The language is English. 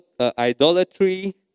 idolatry